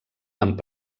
amb